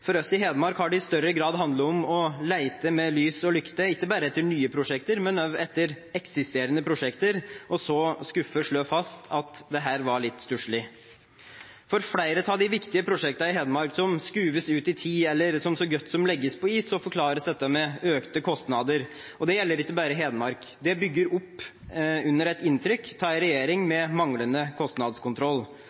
For oss i Hedmark har det i større grad handlet om å lete med lys og lykte etter ikke bare nye prosjekter, men også eksisterende prosjekter – og så skuffet slå fast at dette var litt stusslig. Flere av de viktige prosjektene i Hedmark som skyves ut i tid eller så godt som legges på is, forklares med økte kostnader. Det gjelder ikke bare Hedmark. Det bygger opp under et inntrykk av en regjering med manglende kostnadskontroll.